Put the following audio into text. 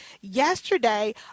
yesterday